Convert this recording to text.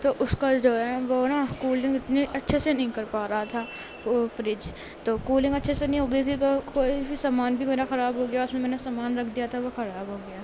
تو اس کل جو ہے وہ نا کولنگ اتنی اچھے سے نہیں کر پا رہا تھا وہ فریج تو کولنگ اچھے سے نہیں ہو گٮٔی تھی تو تھوڑی سی سامان بھی میرا خراب ہو گیا اس میں میں نے سامان رکھ دیا تھا وہ خراب ہو گیا